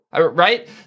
right